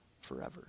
forever